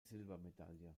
silbermedaille